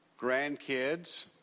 grandkids